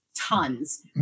tons